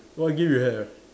what game you have